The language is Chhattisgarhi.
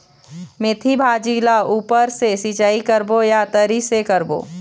मेंथी भाजी ला ऊपर से सिचाई करबो या तरी से करबो?